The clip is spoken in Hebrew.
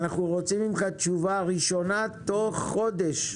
אנו רוצים ממך תשובה ראשונה תוך חודש,